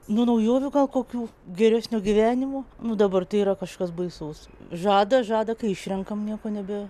nu naujovių gal kokių geresnio gyvenimo nu dabar tai yra kažkas baisaus žada žada kai išrenkame nieko nebe